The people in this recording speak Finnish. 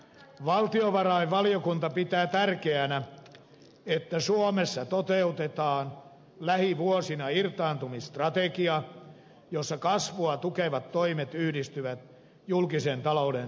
valtiovarainvaliokunta pitää tärkeänä että suomessa toteutetaan lähivuosina irtaantumisstrategia jossa kasvua tukevat toimet yhdistyvät julkisen talouden sopeuttamistoimiin